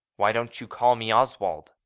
why don't you call me oswald?